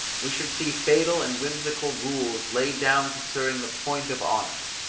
we should see fatal and whimsical rules laid down concerning the point of honour.